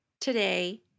today